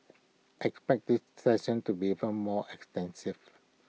expect these sessions to be even more extensive